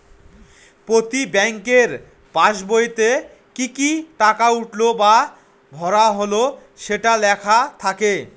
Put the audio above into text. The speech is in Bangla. প্রতি ব্যাঙ্কের পাসবইতে কি কি টাকা উঠলো বা ভরা হল সেটা লেখা থাকে